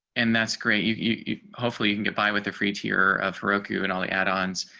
and that's great you you hopefully you can get by with the free tier of roku and all the add ons.